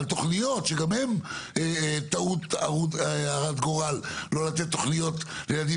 על תוכניות שגם הן טעות הרת גורל לא לתת תוכניות לילדים